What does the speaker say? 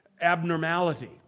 abnormality